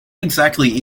exactly